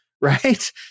right